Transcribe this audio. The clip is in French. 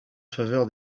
faveur